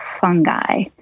fungi